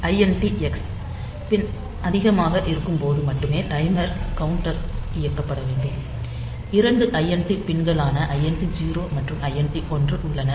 INT x pin அதிகமாக இருக்கும்போது மட்டுமே டைமர் கவுண்டர் இயக்கப்பட வேண்டும் 2 INT பின் களான INT 0 மற்றும் INT 1 உள்ளன